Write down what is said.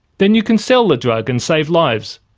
then you can sell the drug and save lives.